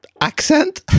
Accent